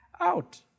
out